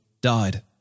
died